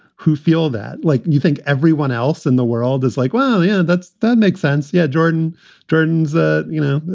who feel that like you think everyone else in the world is like, wow. yeah. that's. that makes sense. yeah. jordan turns out, ah you know,